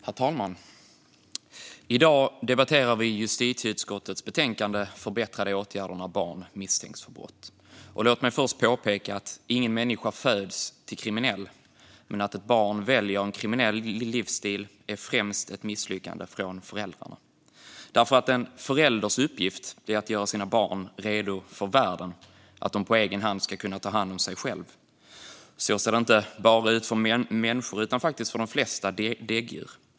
Herr talman! I dag debatterar vi justitieutskottets betänkande Förbättrade åtgärder när barn misstänks för brott . Låt mig först påpeka att ingen människa föds kriminell. Att ett barn väljer en kriminell livsstil är främst ett misslyckande för föräldrarna. En förälders uppgift är att göra sina barn redo för världen, så att de ska kunna ta hand om sig själva. Så ser det ut för inte bara människor utan faktiskt de flesta däggdjur.